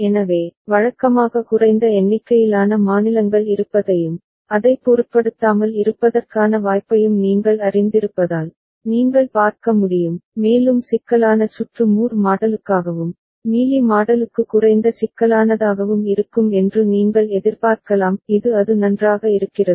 எனவே வழக்கமாக குறைந்த எண்ணிக்கையிலான மாநிலங்கள் இருப்பதையும் அதைப் பொருட்படுத்தாமல் இருப்பதற்கான வாய்ப்பையும் நீங்கள் அறிந்திருப்பதால் நீங்கள் பார்க்க முடியும் மேலும் சிக்கலான சுற்று மூர் மாடலுக்காகவும் மீலி மாடலுக்கு குறைந்த சிக்கலானதாகவும் இருக்கும் என்று நீங்கள் எதிர்பார்க்கலாம் இது அது நன்றாக இருக்கிறது